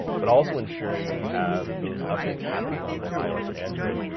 but also ensuring we have those updates happening on both ios and android.